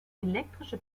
elektrische